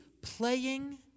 playing